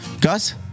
Gus